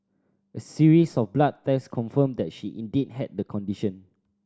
a series of blood tests confirmed that she indeed had the condition